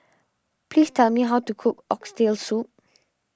please tell me how to cook Oxtail Soup